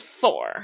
four